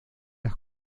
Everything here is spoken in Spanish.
las